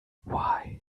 why